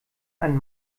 ein